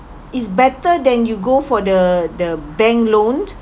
it's better than you go for the the bank loan